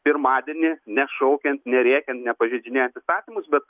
pirmadienį nešaukiant nerėkiant ne pažeidinėjant įstatymus bet